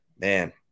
Man